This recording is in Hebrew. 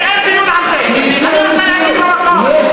ביום רביעי אתה מקבל זמן לדון על זה.